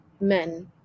men